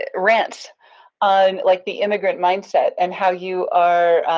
rants on like the immigrant mindset and how you are